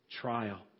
trial